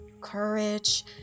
courage